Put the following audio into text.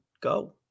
go